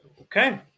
Okay